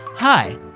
Hi